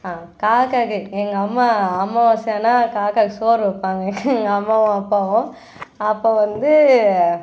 காக்காவுக்கு எங்கள் அம்மா அமாவாசை ஆனால் காக்காவுக்கு சோறு வைப்பாங்க எங்கள் அம்மாவும் அப்பாவும் அப்போ வந்து